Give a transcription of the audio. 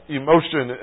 emotion